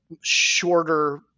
shorter